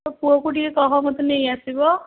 ତୋ ପୁଅକୁ ଟିକେ କହ ମୋତେ ନେଇ ଆସିବ